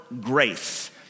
grace